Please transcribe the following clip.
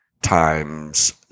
Time's